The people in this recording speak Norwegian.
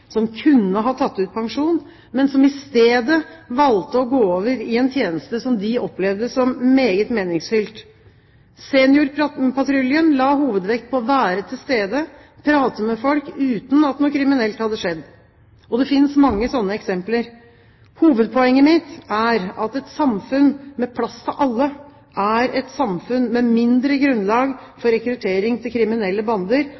som kunne ha tatt ut pensjon, men som i stedet valgte å gå over i en tjeneste som de opplevde som meget meningsfylt. Seniorpatruljen la hovedvekt på å være til stede, prate med folk, uten at noe kriminelt hadde skjedd. Det fins mange slike eksempler. Hovedpoenget mitt er at et samfunn med plass til alle er et samfunn med mindre grunnlag for rekruttering til kriminelle bander.